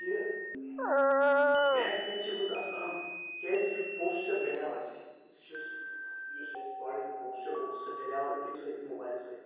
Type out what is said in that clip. کہِ back pain چھِ گٔمٕژ آز عام کیٛازِ یہِ پوسچَر ڈَلیو اَسہِ یُس یُس اَسہِ باڈی ہُنٛد پوسچَر اوس سُہ ڈَلیو کَمہِ سۭتۍ اَمہِ موبایلہٕ سۭتۍ